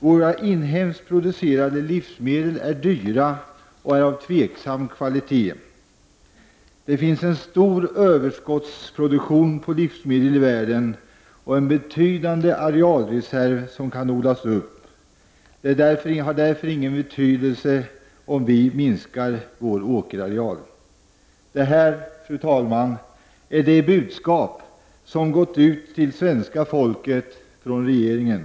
Våra inhemskt producerade livsmedel är dyra och av tvivelaktig kvalitet. Det finns en stor överskottsproduktion på livsmedel i världen och en betydande arealreserv som kan odlas upp. Det har därför ingen betydelse om vi minskar vår åkerareal. Fru talman! Det här är det budskap som gått ut till svenska folket från regeringen.